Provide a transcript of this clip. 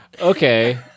Okay